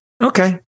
Okay